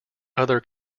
other